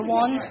one